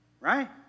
Right